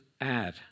add